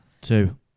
Two